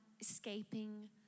escaping